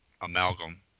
Amalgam